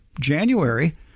january